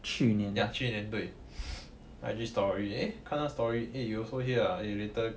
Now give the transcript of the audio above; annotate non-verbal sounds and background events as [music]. ya 去年对 [breath] I_G story eh 看他 story eh you also here ah but you later